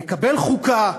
נקבל חוקה,